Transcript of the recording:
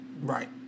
Right